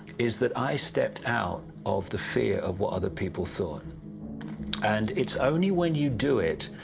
is that i stepped out of the fear of what other people thought and it's only when you do it,